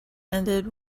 ended